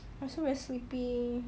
I also very sleepy